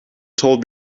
told